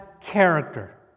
character